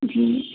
जी